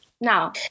Now